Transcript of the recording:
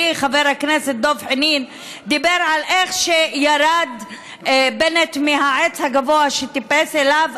חברי חבר הכנסת דב חנין דיבר על איך שירד בנט מהעץ הגבוה שטיפס עליו.